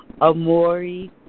Amori